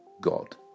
God